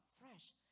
fresh